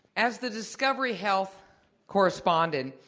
as the discovery health correspondent,